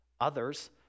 others